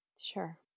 Sure